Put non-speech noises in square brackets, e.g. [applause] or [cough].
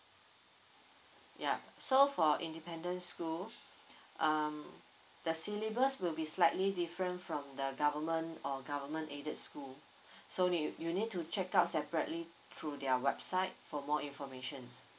ya so for independent school [breath] um the syllabus will be slightly different from the government or government aided school [breath] so you you need to check out separately through their website for more information